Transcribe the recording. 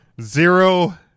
zero